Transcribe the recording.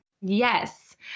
Yes